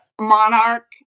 monarch